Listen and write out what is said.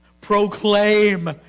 proclaim